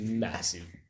massive